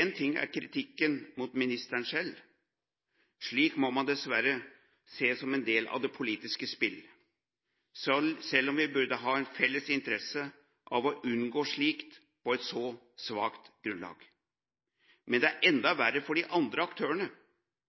Én ting er kritikken mot ministeren selv. Det må man dessverre se som en del av et politisk spill, selv om vi burde ha en felles interesse av å unngå slikt på et så svakt grunnlag. Men det er enda verre for de andre aktørene,